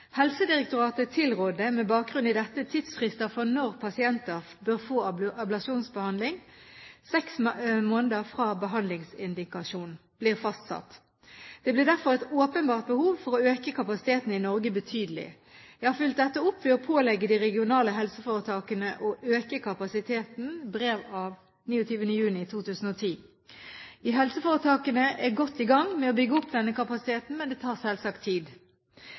Helsedirektoratet tilrådde, med bakgrunn i dette, tidsfrister for når pasienter bør få ablasjonsbehandling – seks måneder fra behandlingsindikasjon blir fastsatt. Det blir derfor et åpenbart behov for å øke kapasiteten i Norge betydelig. Jeg har fulgt dette opp ved å pålegge de regionale helseforetakene å øke kapasiteten i brev av 29. juni 2010. Helseforetakene er godt i gang med å bygge opp denne kapasiteten, men det tar selvsagt tid.